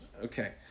Okay